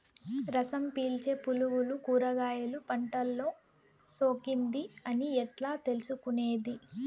రసం పీల్చే పులుగులు కూరగాయలు పంటలో సోకింది అని ఎట్లా తెలుసుకునేది?